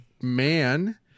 man